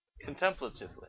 contemplatively